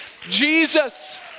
Jesus